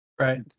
right